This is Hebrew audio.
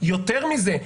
יותר מזה,